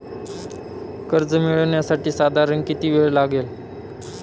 कर्ज मिळविण्यासाठी साधारण किती वेळ लागेल?